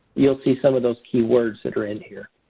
you'll see some of those key words that are in here.